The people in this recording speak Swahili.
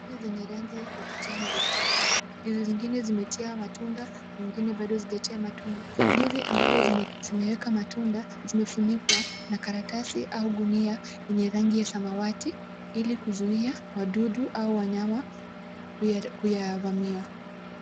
Ndizi zenye rangi ya kijani ziko shambani. Ndizi zingine zimetia matunda, zingine bado hazijatia matunda. Ndizi ambaz zime zimeweka matunda, zimefunikwa na karatasi au gunia yenye rangi ya samawati ili kuzuia wadudu au wanyama kuya kuyavamia.